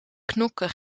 knokke